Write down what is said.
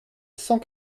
cent